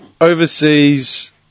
Overseas